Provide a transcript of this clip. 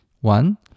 one